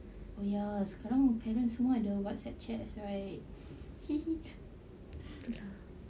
oh ya sekarang parents semua ada whatsapp chat right